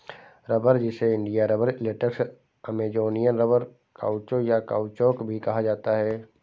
रबड़, जिसे India rubber, latex, Amazonian rubber, caucho, या काउचौक भी कहा जाता है